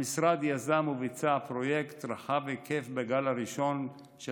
המשרד יזם וביצע פרויקט רחב היקף בגל הראשון של